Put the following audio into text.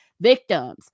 victims